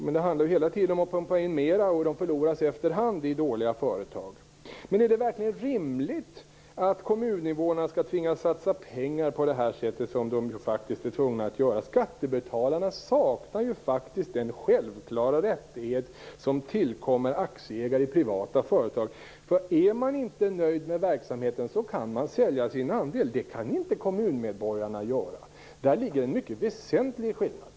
Men det handlar ju hela tiden om att pumpa in mer pengar, som efter hand förloras om företagen går dåligt. Är det verkligen rimligt att kommuninvånarna skall tvingas att satsa pengar på det sätt som de nu faktiskt är tvingade att göra? Skattebetalarna saknar ju den självklara rättighet som tillkommer aktieägare i privata företag, nämligen att sälja sin andel i verksamheten. Det kan inte kommunmedborgarna göra. Däri ligger en mycket väsentlig skillnad.